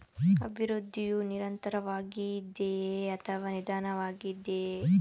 ಅಭಿವೃದ್ಧಿಯು ನಿರಂತರವಾಗಿದೆಯೇ ಅಥವಾ ನಿಧಾನವಾಗಿದೆಯೇ?